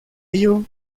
ello